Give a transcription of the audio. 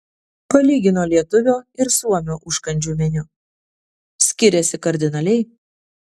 palygino lietuvio ir suomio užkandžių meniu skiriasi kardinaliai